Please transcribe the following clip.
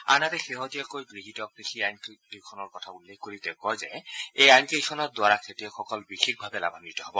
আনহাতে শেহতীয়াকৈ গৃহীত কৃষি আইনকেইখনৰ কথা উল্লেখ কৰি তেওঁ কয় যে এই আইনকেইখনৰ দ্বাৰা খেতিয়কসকল বিশেষভাৱে লাভান্নিত হব